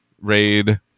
raid